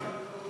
החינוך,